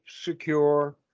secure